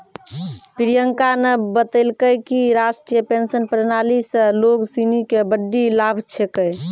प्रियंका न बतेलकै कि राष्ट्रीय पेंशन प्रणाली स लोग सिनी के बड्डी लाभ छेकै